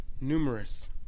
numerous